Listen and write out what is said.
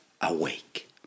awake